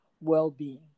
well-being